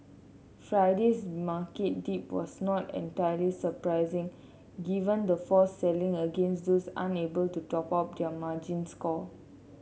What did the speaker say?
Friday's market dip was not entirely surprising given the forced selling against those unable to top up their margins call